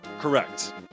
Correct